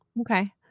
Okay